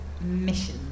mission